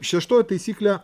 šeštoji taisyklė